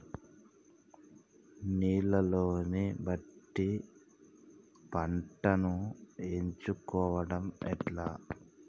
నీళ్లని బట్టి పంటను ఎంచుకోవడం ఎట్లా?